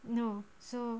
no so